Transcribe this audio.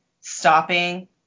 stopping